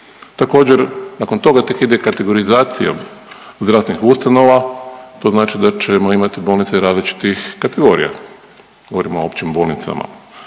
Također nakon toga tek ide kategorizacija zdravstvenih ustanova, to znači da ćemo imati bolnice različitih kategorija, govorim o općim bolnicama,